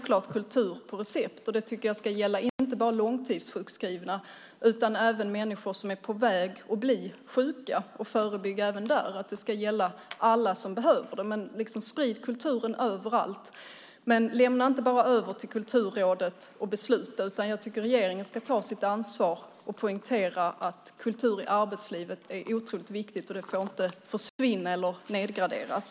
Kultur på recept ska vara självklart och inte bara gälla långtidssjukskrivna utan även människor som är på väg att bli sjuka, alltså förebyggande. Det ska gälla alla som behöver det. Sprid kulturen överallt, lämna inte bara över till Kulturrådet att besluta. Regeringen ska ta sitt ansvar och poängtera att kultur i arbetslivet är otroligt viktigt och får inte försvinna eller nedgraderas.